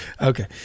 Okay